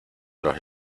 los